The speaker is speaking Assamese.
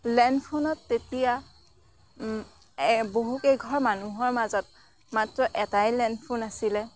লেণ্ডফোনত তেতিয়া বহুকেইঘৰ মানুহৰ মাজত মাত্ৰ এটাই লেণ্ডফোন আছিলে